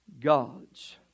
God's